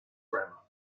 grammar